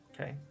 Okay